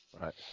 Right